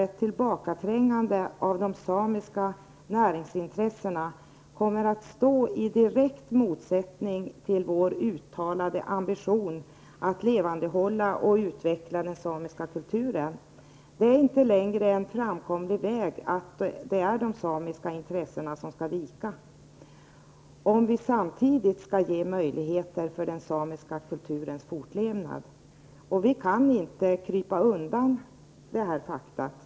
Ett tillbakaträngande av de samiska näringsintressena kommer nämligen att stå i direkt motsättning till vår uttalade ambition att levandehålla och utveckla den samiska kulturen. Det är inte längre en framkomlig väg att låta samiska intressen vika om vi samtidigt skall ge möjligheter till fortlevnad för den samiska kulturen. Vi kan inte krypa undan detta faktum.